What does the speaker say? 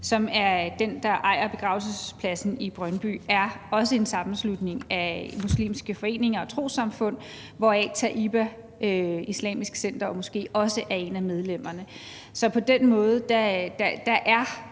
som er den, der ejer begravelsespladsen i Brøndby, er også en sammenslutning af muslimske foreninger og trossamfund, hvoraf Taiba, Islamisk Center og Moské også er blandt medlemmerne. Så der er,